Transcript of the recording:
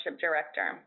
Director